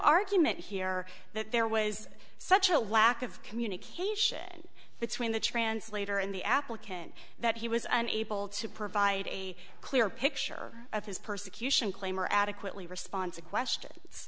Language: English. argument here that there was such a lack of communication between the translator and the applicant that he was unable to provide a clear picture of his persecution claim or adequately respond to questions